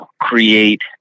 create